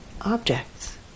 objects